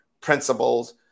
principles